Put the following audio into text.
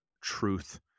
truth